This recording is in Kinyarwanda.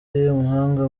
umuhanga